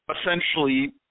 essentially